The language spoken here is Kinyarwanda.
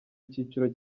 icyiciro